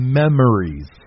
memories